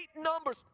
numbers